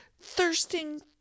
thirsting